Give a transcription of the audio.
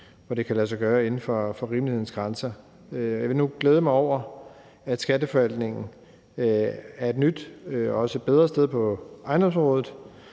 hvor det kan lade sig gøre inden for rimelighedens grænser. Jeg vil nu glæde mig over, at skatteforvaltningen er et nyt og også et bedre sted på ejendomsområdet.